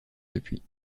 depuis